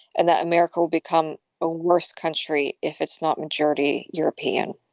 and that america will become a worse country if it's not majority european.